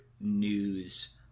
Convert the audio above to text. news